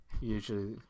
Usually